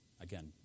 again